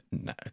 No